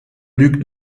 lügt